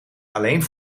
alleen